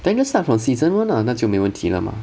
then just start from season one lah 那就没问题了嘛